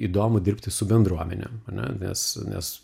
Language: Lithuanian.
įdomu dirbti su bendruomene a ne nesnes